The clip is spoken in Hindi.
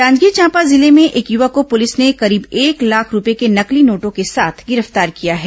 जांजगीर चांपा जिले में एक युवक को पुलिस ने करीब एक लाख रूपए के नकली नोटों के साथ गिरफ्तार किया है